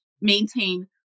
maintain